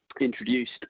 introduced